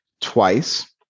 twice